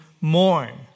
mourn